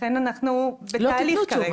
לכן אנחנו בתהליך כרגע.